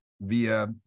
via